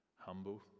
Humble